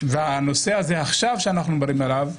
והנושא הזה שאנחנו מדברים עליו עכשיו,